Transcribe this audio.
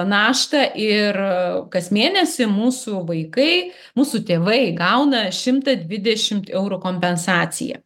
naštą ir kas mėnesį mūsų vaikai mūsų tėvai gauna šimtą dvidešimt eurų kompensaciją